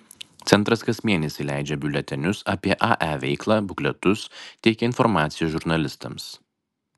centras kas mėnesį leidžia biuletenius apie ae veiklą bukletus teikia informaciją žurnalistams